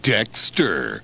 Dexter